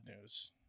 news